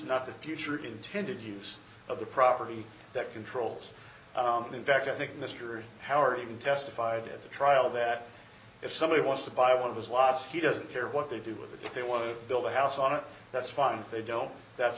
not the future intended use of the property that controls and in fact i think mr howard even testified at the trial that if somebody wants to buy one of those lots he doesn't care what they do with it if they want to build a house on it that's fine they don't that's